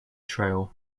trail